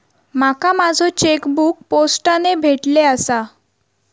माका माझो चेकबुक पोस्टाने भेटले आसा